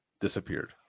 Disappeared